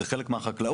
זה חלק מהחקלאות.